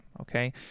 okay